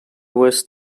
west